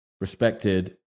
respected